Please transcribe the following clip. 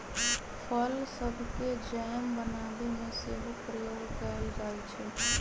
फल सभके जैम बनाबे में सेहो प्रयोग कएल जाइ छइ